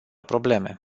probleme